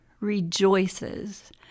rejoices